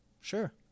Sure